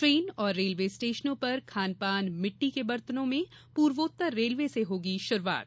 train और railway स्टेशनों पर खानपान मिट्टी के बर्तनों में पूर्वोत्तर रेलवे से होगी शुरुआत